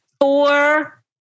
four